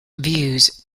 views